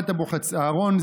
אהרן,